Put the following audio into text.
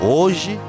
hoje